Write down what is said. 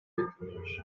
bekleniyor